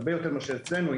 הרבה יותר מאשר אצלנו,